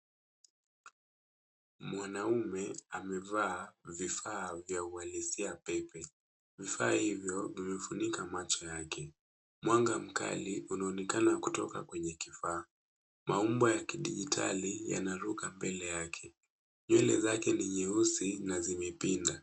Mwanaume amevaa vifaa vya uhalisia pepe. Vifaa hivyo vimefunika macho yake. Mwanga mkali unaonekana kutoka kwenye kifaa. Maumbo ya kidijitali yanaruka mbele yake. Nywele zake ni nyeusi na zimepinda.